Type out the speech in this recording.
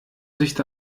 sich